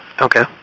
okay